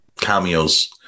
cameos